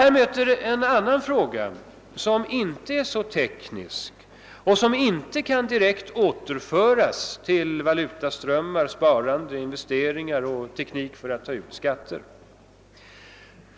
Här möter en annan fråga som inte är så teknisk och som inte kan direkt återföras till valutaströmmar, sparande, investeringar och teknik för att ta ut skatter.